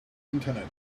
internet